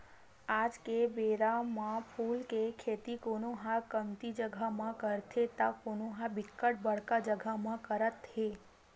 आज के बेरा म फूल के खेती कोनो ह कमती जगा म करथे त कोनो ह बिकट बड़का जगा म करत हे